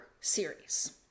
series